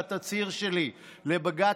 בתצהיר שלי לבג"ץ,